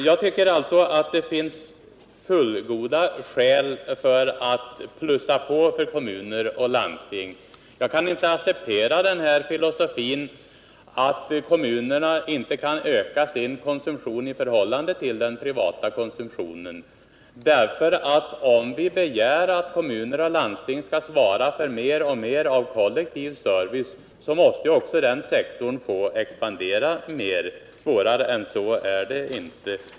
Jag tycker alltså det finns fullgoda skäl för att plussa på för kommuner och landsting. Jag kan inte acceptera denna filosofi, att kommunerna inte kan öka sin konsumtion i förhållande till den privata konsumtionen. Om vi begär att kommuner och landsting skall svara för mer och mer av kollektiv service måste också den sektorn få expandera mer. Svårare än så är det inte.